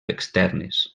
externes